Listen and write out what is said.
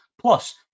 Plus